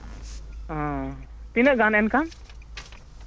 ᱦᱮᱸ ᱛᱤᱱᱟᱹᱜ ᱜᱟᱱ ᱮᱱᱠᱷᱟᱱ